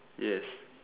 yes